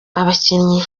abakinnyi